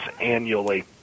annually